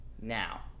now